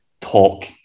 talk